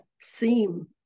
seem